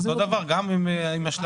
אותו דבר, גם עם השלמות?